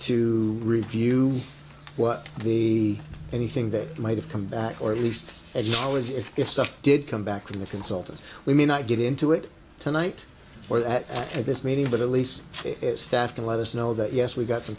to review what the anything that might have come back or at least as you know if if stuff did come back in the consultant we may not get into it tonight or that at this meeting but at least staff can let us know that yes we got some